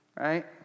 Right